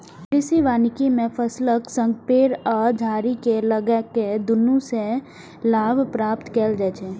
कृषि वानिकी मे फसलक संग पेड़ आ झाड़ी कें लगाके दुनू सं लाभ प्राप्त कैल जाइ छै